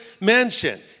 mansion